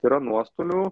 tai yra nuostolių